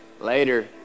later